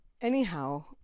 Anyhow